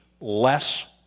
less